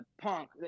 punk